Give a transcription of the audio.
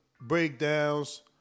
breakdowns